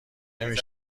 نمی